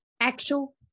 actual